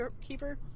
Keeper